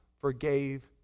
forgave